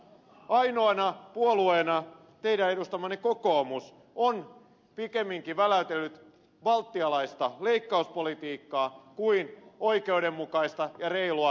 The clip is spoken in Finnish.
ainoana puolueena teidän edustamanne kokoomus on pikemminkin väläytellyt baltialaista leikkauspolitiikkaa kuin oikeudenmukaista ja reilua veropolitiikkaa